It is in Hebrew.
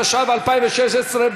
התשע"ו 2016,